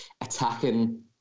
attacking